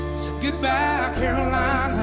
goodbye ah carolina